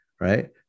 Right